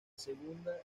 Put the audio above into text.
segunda